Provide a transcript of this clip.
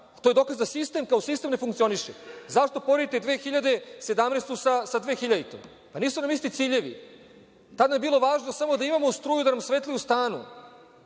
To je dokaz da sistem kao sistem ne funkcioniše. Zašto poredite 2017. sa 2000. godinom? Nisu nam isti ciljevi. Tada je bilo važno samo da imamo struju, da nam svetli u stanu.